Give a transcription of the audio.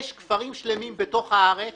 יש כפרים שלמים בתוך הארץ